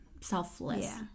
selfless